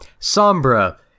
Sombra